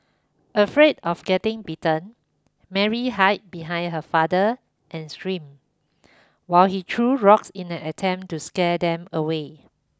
afraid of getting bitten Mary hid behind her father and screamed while he threw rocks in an attempt to scare them away